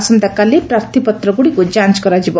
ଆସନ୍ତାକାଲି ପ୍ରାର୍ଥୀପତ୍ରଗୁଡ଼ିକୁ ଯାଞ୍ଚ କରାଯିବ